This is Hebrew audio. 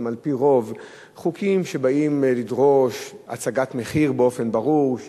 שהם על-פי רוב חוקים שבאים לדרוש הצגת מחיר באופן ברור,